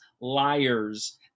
liars